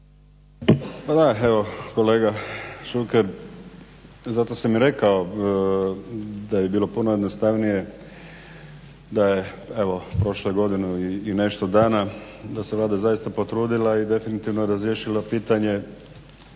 Pa da, evo kolega Šuker zato sam i rekao da bi bilo puno jednostavnije da je evo prošla godina i nešto dana i da se Vlada zaista potrudila i definitivno razriješila pitanje